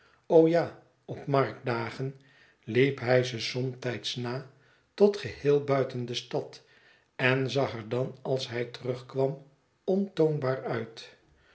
o ja op marktdagen liep hij ze somtijds na tot geheel buiten de stad en zag er dan als hij terugkwam ontoonbaar uit